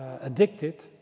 addicted